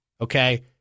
Okay